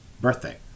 birthday